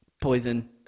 Poison